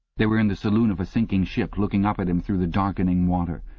they were in the saloon of a sinking ship, looking up at him through the darkening water.